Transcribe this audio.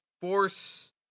force